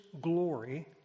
glory